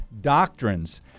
doctrines